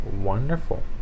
wonderful